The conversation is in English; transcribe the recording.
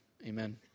Amen